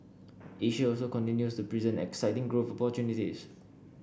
Asia also continues to present exciting growth opportunities